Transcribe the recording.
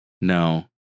no